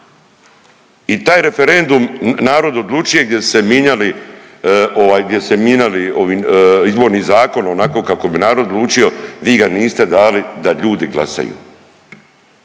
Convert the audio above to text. I taj referendum „Narod odlučuje“ gdje su se mijenjali Izborni zakon onako kako bi narod odlučio vi ga niste dali da ljudi glasaju